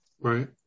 right